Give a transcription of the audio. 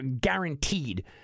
guaranteed